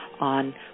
on